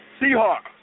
Seahawks